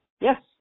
Yes